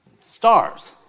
Stars